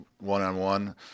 one-on-one